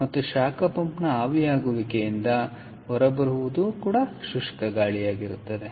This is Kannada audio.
ಮತ್ತು ಶಾಖ ಪಂಪ್ನ ಆವಿಯಾಗುವಿಕೆಯಿಂದ ಶುಷ್ಕ ಗಾಳಿಯು ಹೊರಬರುತ್ತದೆ